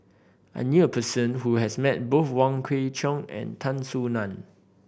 I knew a person who has met both Wong Kwei Cheong and Tan Soo Nan